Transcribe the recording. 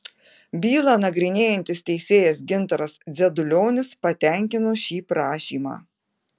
bylą nagrinėjantis teisėjas gintaras dzedulionis patenkino šį prašymą